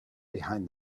behind